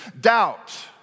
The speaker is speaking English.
Doubt